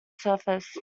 surface